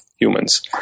humans